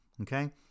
okay